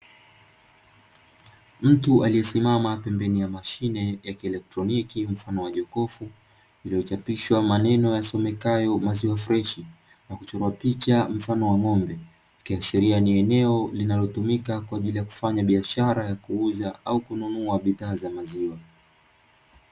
Mtu aliyesimama pembeni ya mashine ya kieletroniki mfano wa jokofu lililo chapishwa maneno yasomekayo maziwa freshi na kuchorwa picha mfano wa ng`ombe, ikihashiria ni eneo linalotumika kwa ajili ya kufanya biashara au kuuza na kununua bidhaa za maziwa.